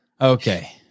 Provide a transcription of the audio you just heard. Okay